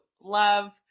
love